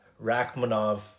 Rachmanov